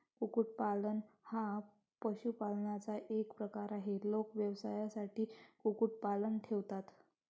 कुक्कुटपालन हा पशुपालनाचा एक प्रकार आहे, लोक व्यवसायासाठी कुक्कुटपालन ठेवतात